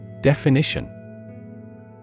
Definition